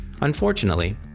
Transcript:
Unfortunately